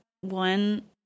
one